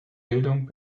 bildung